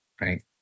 right